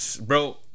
bro